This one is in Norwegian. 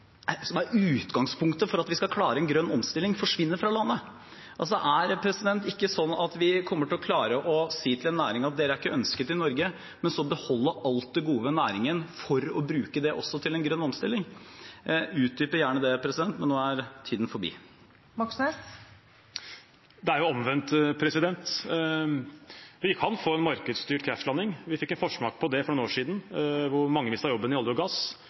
som er utgangspunktet for at vi skal klare en grønn omstilling, forsvinner fra landet. Vi kommer ikke til å klare å si til en næring at de ikke er ønsket i Norge, men så beholde alt det gode ved næringen for å bruke det også til en grønn omstilling. Jeg utdyper gjerne det, men nå er tiden forbi. Det er jo omvendt. Vi kan få en markedsstyrt krasjlanding. Vi fikk en forsmak på det for noen år siden da mange mistet jobben i olje og gass